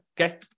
okay